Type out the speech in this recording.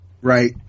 right